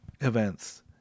events